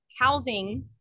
housing